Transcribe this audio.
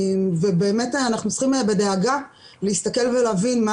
אנחנו צריכים להסתכל בדאגה ולהבין מה